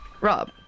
Rob